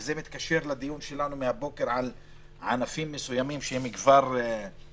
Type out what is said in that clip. וזה מתקשר לדיון שלנו מהבוקר על ענפים מסוימים שהם כבר --- תראה,